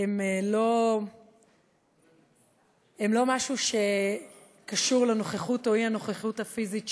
הם לא משהו שקשור לנוכחות או לאי-נוכחות הפיזית,